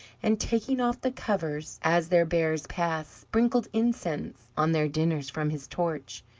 and, taking off the covers as their bearers passed, sprinkled incense on their dinners from his torch.